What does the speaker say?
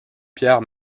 pierre